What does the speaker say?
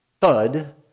thud